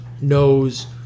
knows